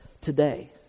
today